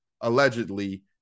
allegedly